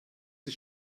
ist